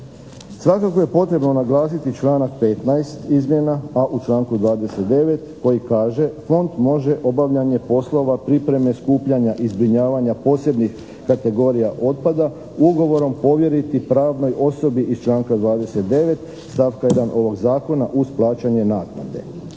Svakako je potrebno naglasiti članak 15. izmjena, a u članku 29. koji kaže: Fond može obavljanje poslova, pripreme skupljanja i zbrinjavanja posebnih kategorija otpada ugovorom povjeriti pravnoj osobi iz članka 29. stavka 1. ovog zakona uz plaćanje naknade.